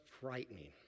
frightening